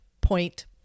Point